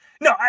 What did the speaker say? No